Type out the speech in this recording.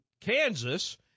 Kansas